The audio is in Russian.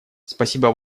спасибо